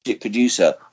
producer